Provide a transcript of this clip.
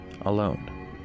alone